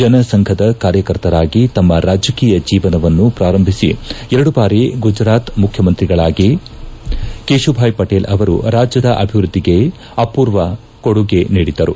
ಜನಸಂಘದ ಕಾರ್ಯಕರ್ತರಾಗಿ ತಮ್ನ ರಾಜಕೀಯ ಜೀವನವನ್ನು ಪೂರಂಭಿಸಿ ಎರಡು ಬಾರಿ ಗುಜರಾತ್ ಮುಖ್ಯಮಂತ್ರಿಗಳಾಗಿ ಕೇಶುಭಾಯ್ ಪಟೇಲ್ ಅವರು ರಾಜ್ಯದ ಅಭಿವೃದ್ದಿಗೆ ಅಪೂರ್ವ ಕೊಡುಗೆ ನೀಡಿದ್ದರು